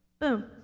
Boom